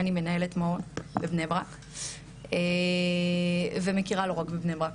אני מנהלת מעון בבני ברק ומכירה לא רק בבני ברק.